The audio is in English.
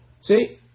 See